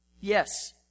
Yes